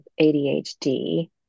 ADHD